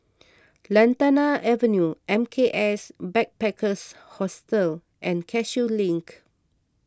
Lantana Avenue M K S Backpackers Hostel and Cashew Link